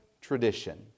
tradition